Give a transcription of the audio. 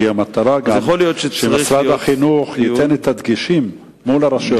כי המטרה היא שגם משרד החינוך ייתן את הדגשים מול הרשויות.